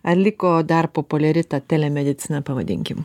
ar liko dar populiari ta telemedicina pavadinkim